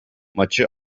maçı